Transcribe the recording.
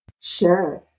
Sure